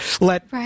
Let